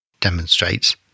demonstrates